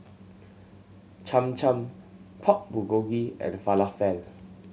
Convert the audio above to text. Cham Cham Pork Bulgogi and Falafel